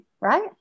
right